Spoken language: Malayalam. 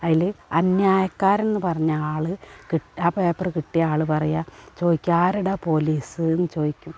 അതിൽ അന്യായക്കാരനെന്നു പറഞ്ഞ ആൾ കിട്ട ആ പേപ്പർ കിട്ടിയ ആൾ പറയുക ചോദിക്കാരെടാ പോലീസെന്നു ചോദിക്കും